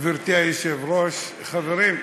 גברתי היושבת-ראש, חברים,